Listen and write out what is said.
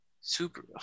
Super